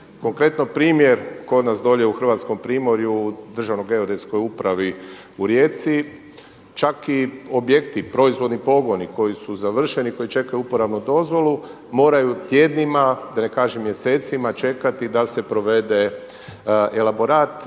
Konkretno primjer dolje kod nas u Hrvatskom Primorju u Državnoj geodetskoj upravi u Rijeci čak i objekti proizvodni pogoni koji su završeni i koji čekaju uporabnu dozvolu moraju tjednima a da ne kažem mjesecima čekati da se provede elaborat